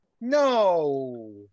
No